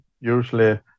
usually